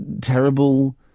terrible